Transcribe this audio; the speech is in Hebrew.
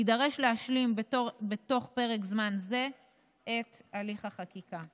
יידרש להשלים בתוך פרק זמן זה את הליך החקיקה.